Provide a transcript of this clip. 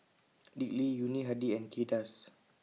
Dick Lee Yuni Hadi and Kay Das